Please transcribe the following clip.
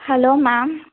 hello ma'am